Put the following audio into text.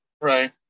Right